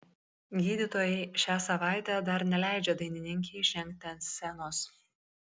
gydytojai šią savaitę dar neleidžia dainininkei žengti ant scenos